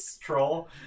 troll